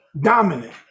dominant